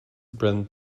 brent